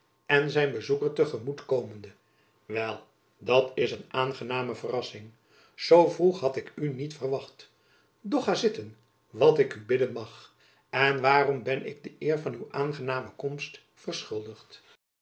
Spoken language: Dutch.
en zijn bezoeker te gemoet komende wel dat is een aangename verrassing zoo vroeg had ik u niet verwacht doch ga zitten wat ik u bidden mag en waaraan ben ik de eer van uw aangename komst verschuldigd